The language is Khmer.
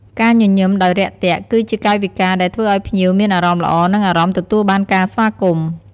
ការញញឹមដោយរាក់ទាក់ គឺជាកាយវិការដែលធ្វើឲ្យភ្ញៀវមានអារម្មណ៍ល្អ និងអារម្មណ៍ទទួលបានការស្វាគមន៍។